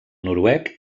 noruec